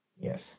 yes